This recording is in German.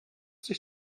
sich